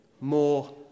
more